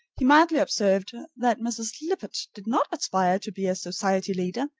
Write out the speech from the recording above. he mildly observed that mrs. lippett did not aspire to be a society leader,